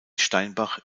steinbach